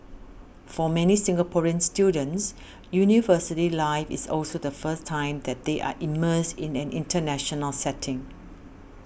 for many Singaporean students university life is also the first time that they are immersed in an international setting